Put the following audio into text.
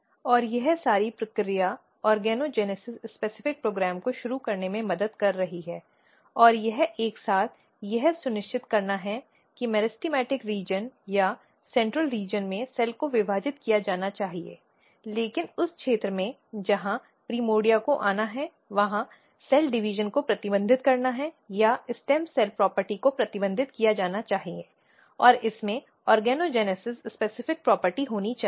और यह सारी प्रक्रिया ऑर्गेनोजेनेसिस विशिष्ट कार्यक्रम को शुरू करने में मदद कर रही है और यह एक साथ यह सुनिश्चित करना है कि मेरिस्टेमेटिक क्षेत्र या मध्य क्षेत्र में सेल को विभाजित किया जाना चाहिए लेकिन उस क्षेत्र में जहां प्राइमर्डिया को आना है वहां सेल डिवीजन को प्रतिबंधित करना है या स्टेम सेल प्रॉपर्टी को प्रतिबंधित किया जाना चाहिए और इसमें ऑर्गेनोजेनेसिस विशिष्ट प्रॉपर्टी होनी चाहिए